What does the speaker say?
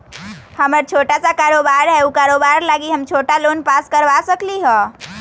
हमर छोटा सा कारोबार है उ कारोबार लागी हम छोटा लोन पास करवा सकली ह?